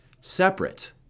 separate